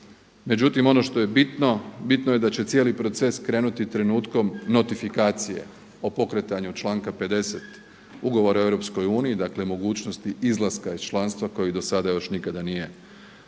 Međutim ono što je bitno, bitno je da će cijeli proces krenuti trenutkom notifikacije o pokretanju članka 50. Ugovora o EU dakle mogućnosti izlaska iz članstva koji do sada još nikada nije